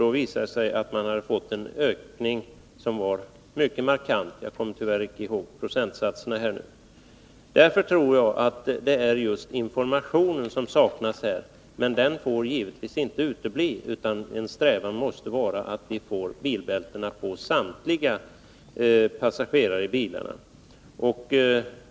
Det visade sig då att det hade blivit en mycket markant ökning av användningsfrekvensen — jag kommer nu tyvärr inte ihåg procentsatserna. Jag tror att det är just informationen som saknas här, och den får givetvis inte utebli, utan en strävan måste vara att samtliga passagerare i bilarna använder bilbältena.